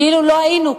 שאילו לא היינו,